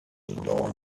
before